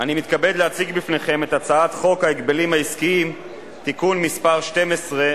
אני מתכבד להציג בפניכם את הצעת חוק ההגבלים העסקיים (תיקון מס' 12),